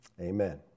Amen